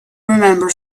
remember